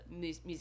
music